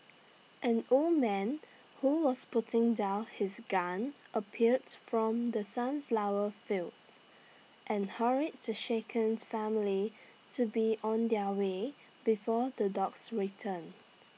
an old man who was putting down his gun appeared from the sunflower fields and hurried the shakens family to be on their way before the dogs return